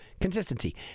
consistency